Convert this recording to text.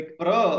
bro